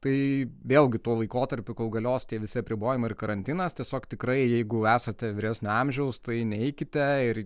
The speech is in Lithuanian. tai vėlgi tuo laikotarpiu kol galios tie visi apribojimai ir karantinas tiesiog tikrai jeigu esate vyresnio amžiaus tai neikite ir